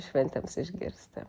šventėms išgirsti